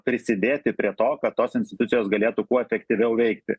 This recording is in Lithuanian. prisidėti prie to kad tos institucijos galėtų kuo efektyviau veikti